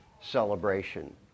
celebration